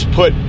put